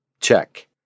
Check